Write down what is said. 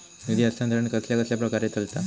निधी हस्तांतरण कसल्या कसल्या प्रकारे चलता?